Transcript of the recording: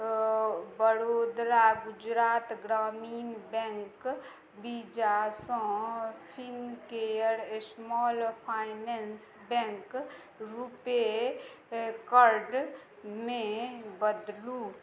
Vadodara Gujarat Gramin bank वीजासँ Fincare small finance bank RuPay कर्डमे बदलु